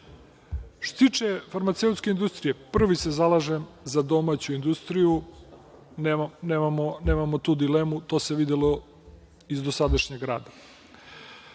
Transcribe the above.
tiče farmaceutske industrije, prvi se zalažem za domaću industriju, nemamo tu dilemu, to se videlo iz dosadašnjeg